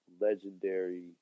legendary